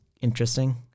interesting